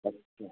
अच्छा